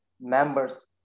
members